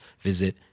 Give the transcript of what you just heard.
visit